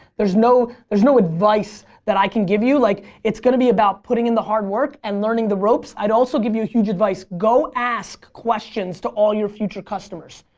there's no there's no advice that i can give you. like it's gonna be about putting in the hard work and learning the ropes. i'd also give you huge advice go ask questions to all of your future customers.